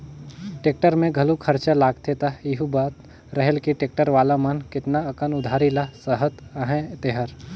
tractor में घलो खरचा लागथे त एहू बात रहेल कि टेक्टर वाला मन केतना अकन उधारी ल सहत अहें तेहर